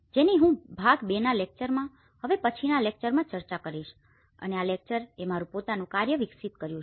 જેની હું ભાગ 2 ના લેક્ચરમાં હવે પછીનાં લેકચરમાં ચર્ચા કરીશ અને આ લેકચરએ મારું પોતાનું કાર્ય વિકસિત કર્યું છે